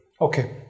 Okay